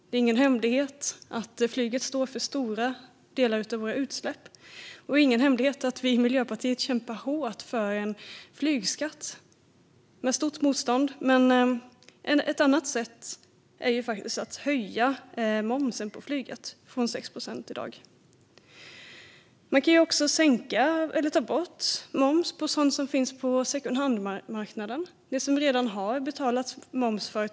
Det är ingen hemlighet att flyget står för stora delar av våra utsläpp. Det är heller ingen hemlighet att vi i Miljöpartiet kämpar hårt för en flygskatt. Motståndet är stort, men ett annat sätt är ju faktiskt att höja momsen på flyget från nuvarande 6 procent. Man kan också sänka eller ta bort momsen på sådant som finns på secondhandmarknaden, sådant som moms redan betalats på.